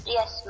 Yes